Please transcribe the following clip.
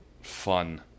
fun